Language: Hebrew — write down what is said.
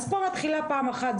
אז פה מתחילה פעם אחת.